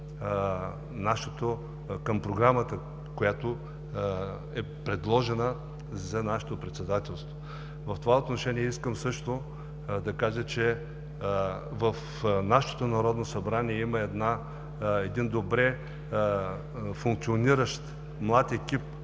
към програмата, която е предложена за нашето председателство. В това отношение искам също да кажа, че в нашето Народно събрание има добре функциониращ млад екип,